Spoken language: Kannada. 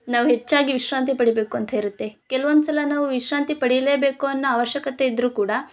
ನಾವು ಹೆಚ್ಚಾಗಿ ವಿಶ್ರಾಂತಿ ಪಡಿಬೇಕು ಅಂತ ಇರುತ್ತೆ ಕೆಲುವೊಂದುಸಲ ನಾವು ವಿಶ್ರಾಂತಿ ಪಡಿಲೇಬೇಕು ಅನ್ನೋ ಅವಶ್ಯಕತೆ ಇದ್ರು ಕೂಡ